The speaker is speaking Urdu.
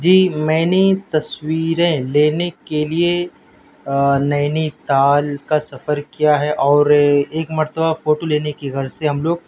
جی میں نے تصویریں لینے کے لیے نینیتال کا سفر کیا ہے اور ایک مرتبہ فوٹو لینے کی غرض سے ہم لوگ